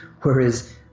whereas